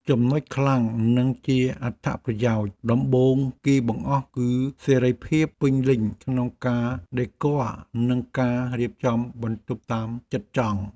ចំណុចខ្លាំងនិងជាអត្ថប្រយោជន៍ដំបូងគេបង្អស់គឺសេរីភាពពេញលេញក្នុងការដេគ័រនិងការរៀបចំបន្ទប់តាមចិត្តចង់។